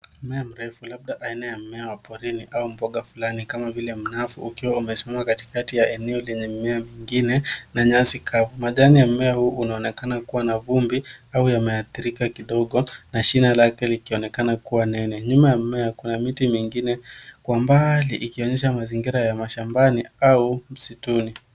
Mmea mrefu labda aina ya mmea wa porini au mboga fulani kama vile manafu, ukiwa umesimama katikati ya eneo lenye mimea mingine na nyasi kavu. Majani ya mmea huu unaonekana kuwa na vumbi au yameathirika kidogo na shina lake likionekana kuwa nene. Nyuma ya mmea kuna miti mingine kwa mbali ikonyesha mazingira ya mashambani au msituni.